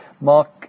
Mark